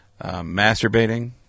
Masturbating